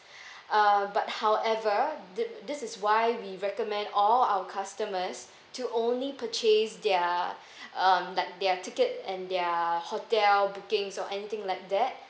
uh but however this this is why we recommend all our customers to only purchase their um like their ticket and their hotel bookings or anything like that